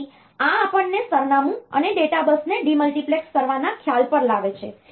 તેથી આ આપણને સરનામું અને ડેટા બસને ડિમલ્ટિપ્લેક્સ કરવાના ખ્યાલ પર લાવે છે